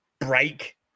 break